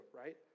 right